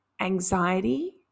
anxiety